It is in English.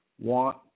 want